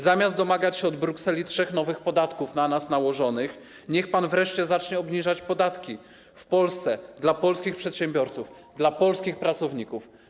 Zamiast domagać się od Brukseli trzech nowych podatków na nas nałożonych, niech pan wreszcie zacznie obniżać podatki w Polsce dla polskich przedsiębiorców, dla polskich pracowników.